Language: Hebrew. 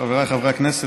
חבריי חברי הכנסת,